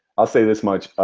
i'll say this much,